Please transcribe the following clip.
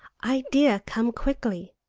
idea come quickly!